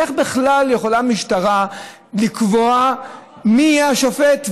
איך בכלל יכולה המשטרה לקבוע מי יהיה השופט,